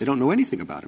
we don't know anything about him